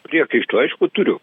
priekaištų aišku turiu